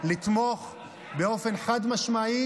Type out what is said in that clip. לתמוך באופן חד-משמעי,